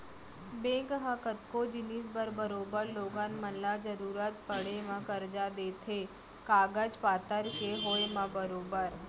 bank ह कतको जिनिस बर बरोबर लोगन मन ल जरुरत पड़े म करजा देथे कागज पतर के होय म बरोबर